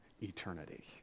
eternity